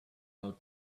out